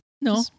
No